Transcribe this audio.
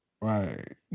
Right